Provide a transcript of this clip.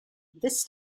this